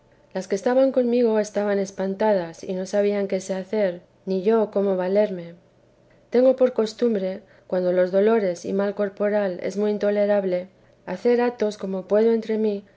las que estaban conmigo estaban espantadas y no sabían qué se hacer ni yo cómo valerme tengo por costumbre cuando los dolores y mal corporal es muy intolerable hacer actos como puedo entre mí